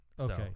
Okay